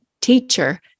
teacher